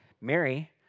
Mary